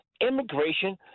Immigration